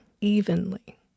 evenly